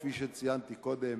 כפי שציינתי קודם,